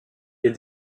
est